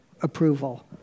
approval